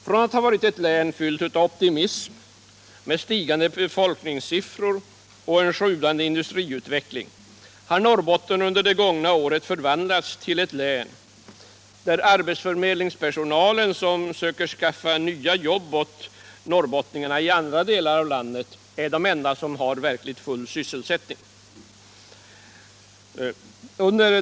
Från att ha varit ett län fyllt av optimism med stigande befolkningssiffror och en sjudande industriutveckling har Norrbotten under det gångna året förvandlats till ett län där arbetsförmedlingspersonal som söker ordna nya jobb i andra delar av landet åt den norrbottniska ungdomen är de enda som verkligen har full sysselsättning.